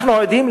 אנחנו עדים,